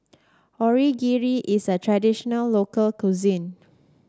Onigiri is a traditional local cuisine